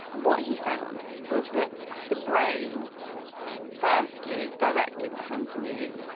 and what he found was that the brain firstly directed the hand to move,